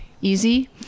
easy